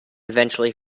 eventually